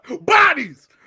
Bodies